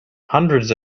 hundreds